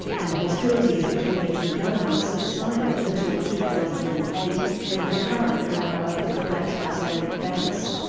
and hostilities between the two governments subsided until two thousand and eight and the current row over the collapsed icelandic banks.